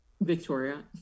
Victoria